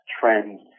trends